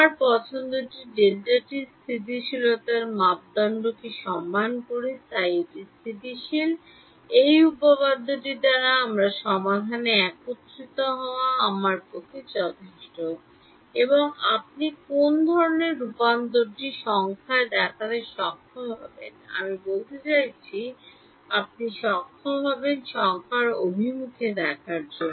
আমার পছন্দটি Δt স্থিতিশীলতার মাপদণ্ডকে সম্মান করে তাই এটি স্থিতিশীল এই উপপাদ্যটি দ্বারা আমার সমাধানে একত্রিত হওয়া আমার পক্ষে যথেষ্ট এবং আপনি কোন ধরণের রূপান্তরটি সংখ্যায় দেখাতে সক্ষম হবেন আমি বলতে চাইছি আপনি সক্ষম হবেন সংখ্যার অভিমুখে দেখানোর জন্য